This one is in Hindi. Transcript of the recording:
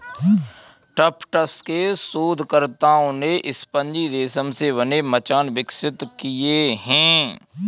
टफ्ट्स के शोधकर्ताओं ने स्पंजी रेशम से बने मचान विकसित किए हैं